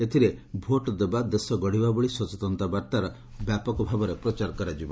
ଏଥିରେ 'ଭୋଟ ଦେବା ଦେଶ ଗଢ଼ିବା' ଭଳି ସଚେତନତା ବାର୍ତ୍ତାର ବ୍ୟାପକ ଭାବରେ ପ୍ରଚାର କରାଯିବ